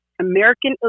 American